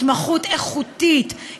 התמחות איכותית,